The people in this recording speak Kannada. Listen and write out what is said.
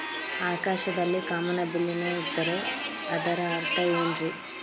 ಆಕಾಶದಲ್ಲಿ ಕಾಮನಬಿಲ್ಲಿನ ಇದ್ದರೆ ಅದರ ಅರ್ಥ ಏನ್ ರಿ?